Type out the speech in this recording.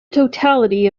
totality